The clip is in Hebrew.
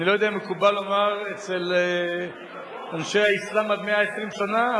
אני לא יודע אם מקובל לומר אצל אנשי האסלאם "עד 120 שנה",